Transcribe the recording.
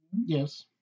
Yes